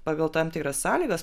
pagal tam tikras sąlygas